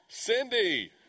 Cindy